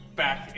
back